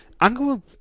Angle